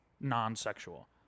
non-sexual